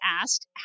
asked